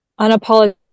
unapologetic